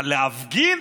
אבל להפגין?